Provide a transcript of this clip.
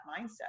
mindset